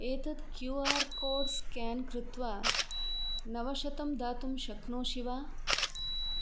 एतत् Q R codes scan कृत्वा नवशतम् दातुम् शक्नोसि वा